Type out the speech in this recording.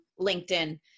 LinkedIn